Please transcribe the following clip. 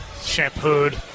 shampooed